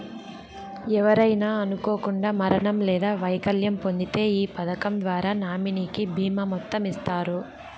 ఎవరైనా అనుకోకండా మరణం లేదా వైకల్యం పొందింతే ఈ పదకం ద్వారా నామినీకి బీమా మొత్తం ఇస్తారు